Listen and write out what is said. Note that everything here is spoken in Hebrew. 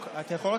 אתה יכול,